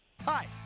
Hi